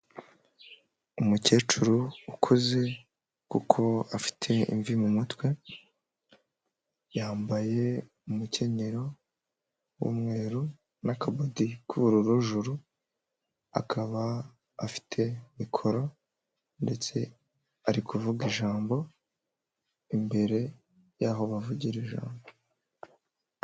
Umukecuru ukuze kuko afite imvi mu mutwe yambaye umukenyero w'umweru n'akabodi k'ubururu juru akaba afite mikoro ndetse ari kuvuga ijambo imbere y'aho bavugira ijambo.